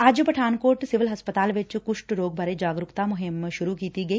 ਅੱਜ ਪਠਾਨਕੋਟ ਸਿਵਲ ਹਸਪਤਾਲ ਵਿਚ ਕੁਸ਼ਟ ਰੋਗ ਬਾਰੇ ਜਾਗਰੂਕਤਾ ਮੁਹਿੰਮ ਸ਼ੁਰੂ ਕੀਤੀ ਗਈ